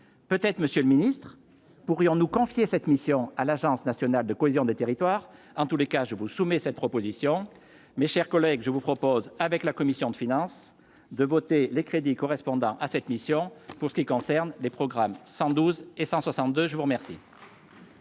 peut-être Monsieur le Ministre, pourrions-nous confier cette mission à l'agence nationale de cohésion des territoires en tous les cas je vous soumets cette proposition, mes chers collègues, je vous propose, avec la commission de finances de voter les crédits correspondants à cette mission pour ce qui concerne les programmes 112 et 162 je vous remercie.